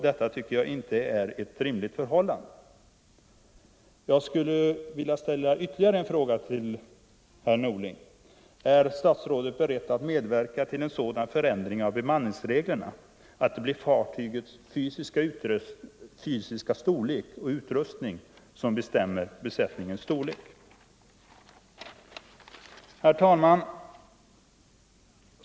Detta tycker jag inte är ett rimligt förhållande. Jag skulle vilja ställa ytterligare en fråga till herr Norling: Är statsrådet beredd att medverka till en sådan förändring av bemanningsreglerna att det blir fartygets fysiska storlek och utrustning som bestämmer besättningens storlek? Herr talman!